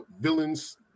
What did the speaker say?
villains